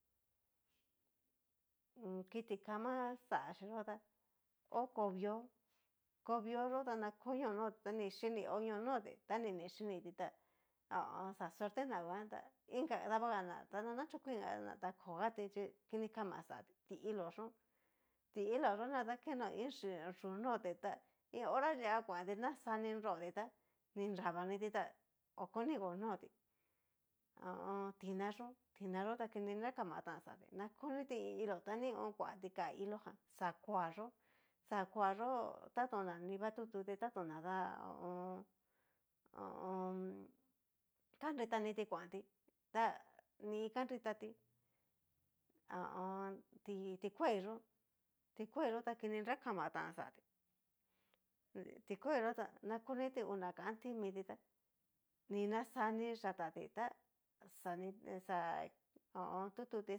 kiti kama xachi yó ta hó kovió, kovió yó ta na konio noti, ta ni chini onio noti ta ni nixhiniti tá ho o on. xa suerte na nguan tá inka dabagana ta na nachokin'ná ta kogati chi kini kama xatí, ti'lo yó na dakeno iin yú noti tá iin hora lia kuanti, naxa ni nroti tá ni nravaniti ta ho konigo notí ho o on. tina yó tina yó ta kini nra kama tan na koni ti iin ilo ta nion kuanti ka ilo jan xakuayó xakuayó taton na ni va tututí na da ho o on. ho o on. kanritanití kuanti ta ni kanritati, ho o on. tikuai yó ti kuai yó ta kini nra kama tán xatí, tikuaiyó ta na koniti una kan tín miti tá ni naxani yátati tá xani xa ho o on. tututi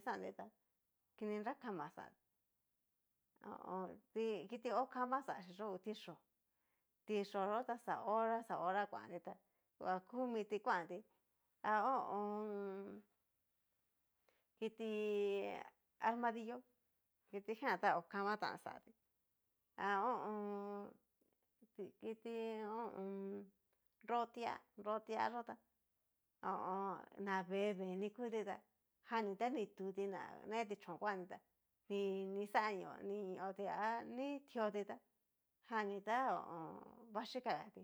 xanti tá kini nra kama xatí, ho o on di kiti ho kama xachí yó ngu tiyó, tiyó'o yó ta xa hora xa hora kuanti tá naku miti kuanti ha ho o on. kiti armadillo kitijan ta ho kama tán xatí ha ho o on. kiti ho o on. nrotia, nrotia yó ta ho o on. na vé vé ni kuti tá, jan ni ta ni tuti na neti chón kuanti tá nini xanio ni neoti a ni tioti tá janní tá ho vaxhikagatí.